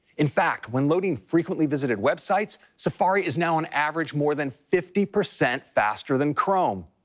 in fact, when loading frequently visited websites, safari is now on average more than fifty percent faster than chrome.